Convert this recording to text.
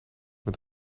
met